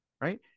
right